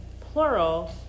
plural